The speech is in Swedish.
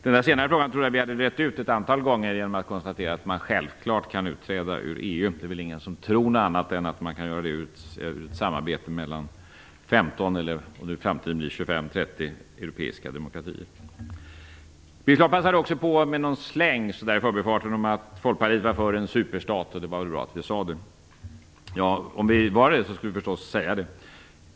Jag trodde att vi hade rett ut den senare frågan ett antal gånger genom att konstatera att man självfallet kan utträda ur EU. Det är väl ingen som tror något annat än att man kan göra det ur ett samarbete mellan 15, eller om det i framtiden blir 25-30, europeiska demokratier. Birger Schlaug passade också på att genom en släng i förbifarten säga att Folkpartiet var för en superstat. Det var väl bra att det sades. Om vi var det skulle vi förstås säga det.